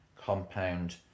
compound